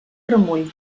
remull